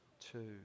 two